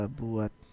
buat